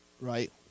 right